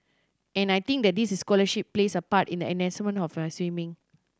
and I think that this scholarship plays a part in the enhancement of my swimming